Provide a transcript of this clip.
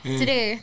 today